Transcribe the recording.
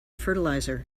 fertilizer